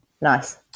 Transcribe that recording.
Nice